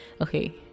Okay